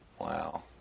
Wow